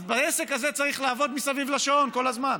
אז בעסק הזה צריך לעבוד מסביב לשעון, כל הזמן.